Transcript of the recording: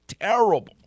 terrible